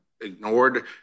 ignored